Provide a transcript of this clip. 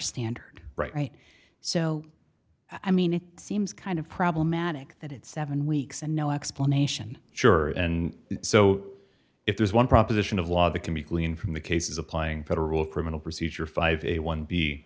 standard right so i mean it seems kind of problematic that it's seven weeks and no explanation sure and so if there's one proposition of law that can be gleaned from the cases applying federal criminal procedure five a one b